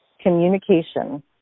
communication